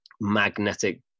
magnetic